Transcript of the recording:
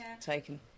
taken